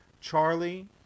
Charlie